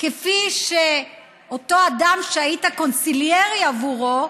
כפי שאותו אדם שהיית קונסיליירי בעבורו,